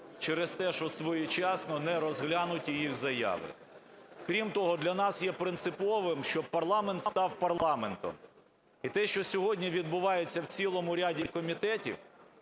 через те, що своєчасно не розглянуті їх заяви. Крім того, для нас є принциповим, щоб парламент став парламентом. І те, що сьогодні відбувається в цілому ряді комітетів,